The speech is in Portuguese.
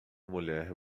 mulher